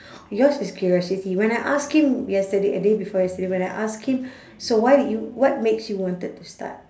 yours is curiosity when I ask him yesterday a day before yesterday when I ask him so why did you what makes you wanted to start